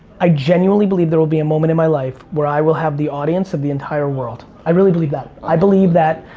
i genuinely believe there will be a moment in my life where i will have the audience of the entire world. i really believe that. i believe that,